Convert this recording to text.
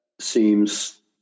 seems